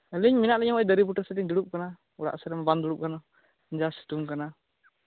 ᱟᱞᱤᱝ ᱢᱮᱱᱟᱜ ᱞᱤᱧᱟᱹ ᱱᱚᱜ ᱚᱭ ᱫᱟᱨᱮ ᱵᱩᱴᱟᱹ ᱥᱮᱫ ᱞᱤᱝ ᱫᱩᱲᱩᱵ ᱠᱟᱱᱟ ᱚᱲᱟᱜ ᱥᱮᱫ ᱢᱟ ᱵᱟᱝ ᱫᱩᱲᱩᱵ ᱠᱟᱱᱟ ᱡᱟ ᱥᱤᱛᱩᱝ ᱠᱟᱱᱟ